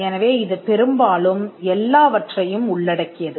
எனவே இது பெரும்பாலும் எல்லாவற்றையும் உள்ளடக்கியது